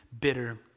bitter